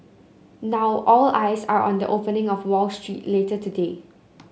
now all eyes are on the opening on Wall Street later today